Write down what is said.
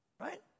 Right